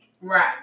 Right